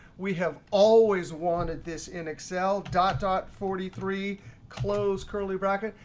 we have always wanted this in excel, dot dot forty three close curly bracket.